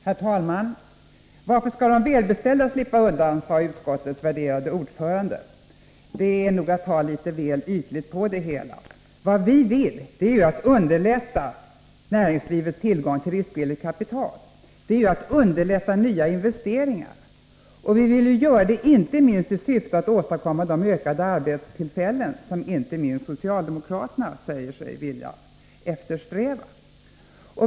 Herr talman! Varför skall de välbeställda slippa undan? sade utskottets värderade ordförande. Den frågeställningen innebär nog att ta litet väl ytligt på det hela. Vad vi vill är att underlätta näringslivets tillgång till riskvilligt kapital, underlätta nya investeringar. Och vi vill göra det inte minst i syfte att åstadkomma de ökade arbetstillfällen som inte minst socialdemokraterna säger sig vilja eftersträva.